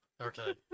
Okay